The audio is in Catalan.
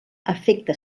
afecta